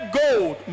gold